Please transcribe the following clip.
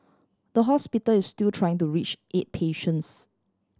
the hospital is still trying to reach eight patients